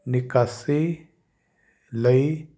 ਨਿਕਾਸੀ ਲਈ